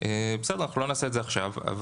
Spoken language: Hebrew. לא נעשה את זה עכשיו.